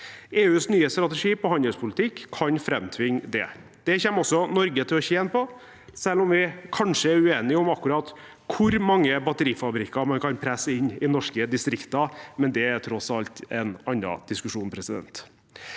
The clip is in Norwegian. EUs nye strategi på handelspolitikk kan framtvinge det. Det kommer også Norge til å tjene på, selv om vi kanskje er uenige om akkurat hvor mange batterifabrikker man kan presse inn i norske distrikter – men det er tross alt en annen diskusjon. Vi